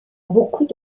beaucoup